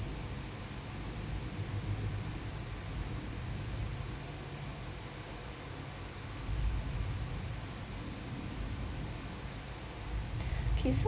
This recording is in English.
okay so